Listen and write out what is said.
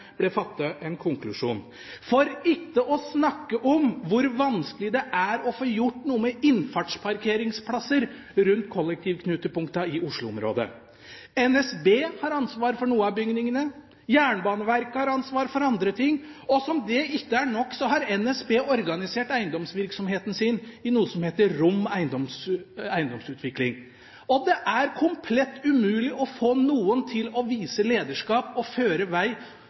ble fattet en konklusjon. For ikke å snakke om hvor vanskelig det er å få gjort noe med innfartsparkeringsplasser rundt kollektivknutepunktene i Oslo-området. NSB har ansvar for noen av bygningene, Jernbaneverket har ansvar for andre ting, og som om det ikke er nok, har NSB organisert eiendomsvirksomheten sin i noe som heter Rom Eiendom, og det er komplett umulig å få noen til å vise lederskap og føre